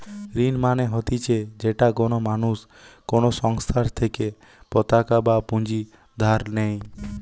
ঋণ মানে হতিছে যেটা কোনো মানুষ কোনো সংস্থার থেকে পতাকা বা পুঁজি ধার নেই